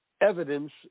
evidence